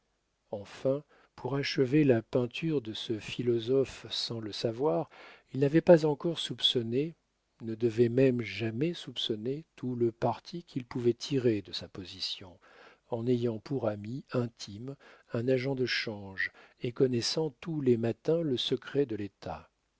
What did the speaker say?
enfin pour achever la peinture de ce philosophe sans le savoir il n'avait pas encore soupçonné ne devait même jamais soupçonner tout le parti qu'il pouvait tirer de sa position en ayant pour ami intime un agent de change et connaissant tous les matins le secret de l'état